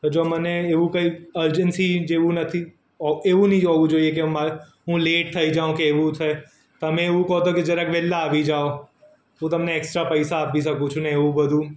જો મને એવું કંઈક અર્જન્સી જેવું નથી એવું નહીં હોવું જોઈએ કે મારે કે હું લેટ થઈ જાઉં કે એવું છે તમે એવું કો છો કે જરાક વહેલા આવી જાઓ હું તમને એકસ્ટ્રા પૈસા આપી શકું છું ને એવું બધું